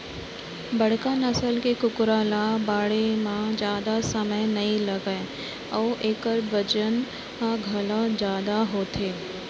बड़का नसल के कुकरा ल बाढ़े म जादा समे नइ लागय अउ एकर बजन ह घलौ जादा होथे